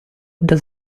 does